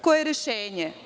Koje je rešenje?